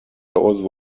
عضو